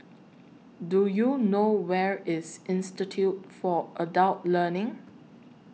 Do YOU know Where IS Institute For Adult Learning